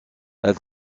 elle